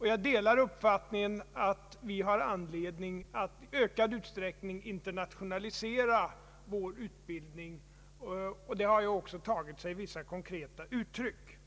Jag delar hans uppfattning att vi har anledning att i ökad utsträckning internationalisera vår utbildning. Det har också tagit sig vissa konkreta uttryck.